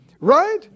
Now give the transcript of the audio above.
right